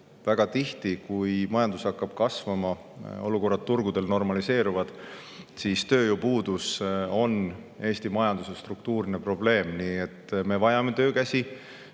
et kui ka majandus hakkab kasvama ja olukord turgudel normaliseerub, siis tööjõupuudus on Eesti majanduse struktuurne probleem. Nii et me vajame töökäsi.